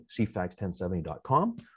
cfax1070.com